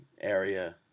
area